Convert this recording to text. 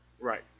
Right